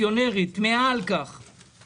במסגרת פעילותו זו הסדירה הנתבעת לתובע מגורים באשקלון.